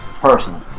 personally